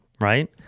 right